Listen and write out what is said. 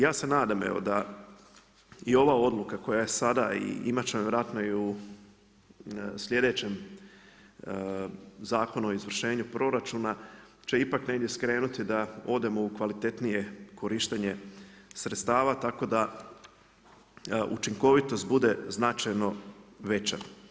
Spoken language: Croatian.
Ja se nadam evo da i ova odluka koja je sada i imat ćemo vjerojatno i u sljedećem Zakonu o izvršenju proračuna će ipak negdje skrenuti da odemo u kvalitetnije korištenje sredstava, tako da učinkovitost bude značajno veća.